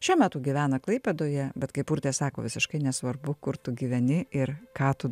šiuo metu gyvena klaipėdoje bet kaip urtė sako visiškai nesvarbu kur tu gyveni ir ką tu